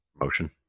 Motion